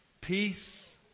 Peace